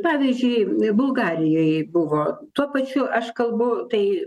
pavyzdžiui bulgarijoj buvo tuo pačiu aš kalbu tai